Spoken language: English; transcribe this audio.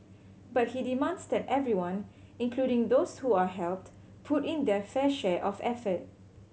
but he demands that everyone including those who are helped put in their fair share of effort